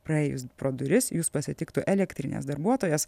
praėjus pro duris jus pasitiktų elektrinės darbuotojas